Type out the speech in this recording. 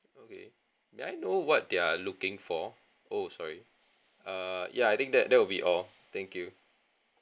okay may I know what they're looking for oh sorry err ya I think that that will be all thank you